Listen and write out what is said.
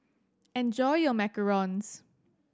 enjoy your Macarons